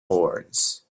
horns